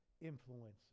influence